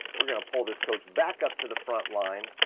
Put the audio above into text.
we're gonna pull this coach back up to the front line.